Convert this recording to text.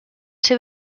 ser